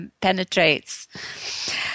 penetrates